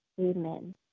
amen